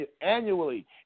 Annually